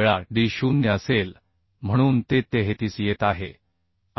5 वेळा d0 असेल म्हणून ते 33 येत आहे